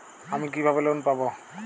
আমি কিভাবে লোন পাব?